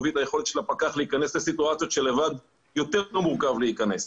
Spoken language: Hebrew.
הוא מביא את היכולת של הפקח להיכנס לסיטואציות שלבד יותר מורכב להיכנס.